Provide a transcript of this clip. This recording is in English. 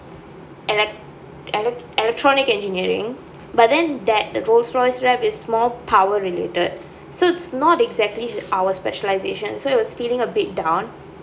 ele~ elec~ electronic engineering but then that Rolls Royce laboratory is more power related so it's not exactly our specialisation so he was feeling a bit down